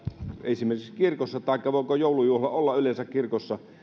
esimerkiksi kirkossa taikka voiko joulujuhla olla yleensä kirkossa